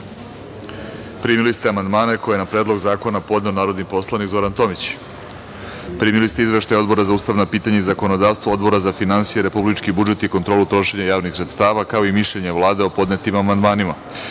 ste amandmane koje je na Predlog zakona podneo narodni poslanik Zoran Tomić. Primili ste izveštaje Odbora za ustavna pitanja i zakonodavstvo i Odbora za finansije, republički budžet i kontrolu trošenja javnih sredstava, kao i mišljenje Vlade o podneti amandmanima. Pošto